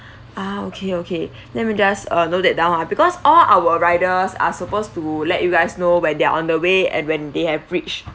ah okay okay let me just uh note that down ah because all our riders are supposed to let you guys know when they are on the way and when they have reached